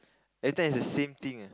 every time is the same thing eh